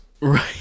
Right